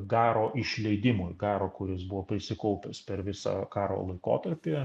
garo išleidimui garo kuris buvo prisikaupęs per visą karo laikotarpį